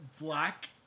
Black